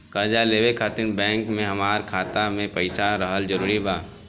कर्जा लेवे खातिर बैंक मे हमरा खाता मे पईसा रहल जरूरी बा?